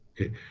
Okay